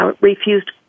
refused